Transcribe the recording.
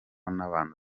n’abantu